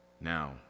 Now